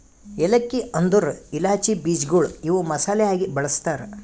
ಏಲಕ್ಕಿ ಅಂದುರ್ ಇಲಾಚಿ ಬೀಜಗೊಳ್ ಇವು ಮಸಾಲೆ ಆಗಿ ಬಳ್ಸತಾರ್